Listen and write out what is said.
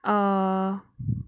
err